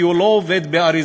כי הוא לא עובד באריזה,